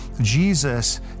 Jesus